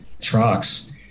trucks